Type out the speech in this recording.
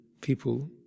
people